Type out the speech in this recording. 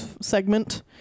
segment